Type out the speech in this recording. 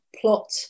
plot